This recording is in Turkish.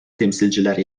temsilciler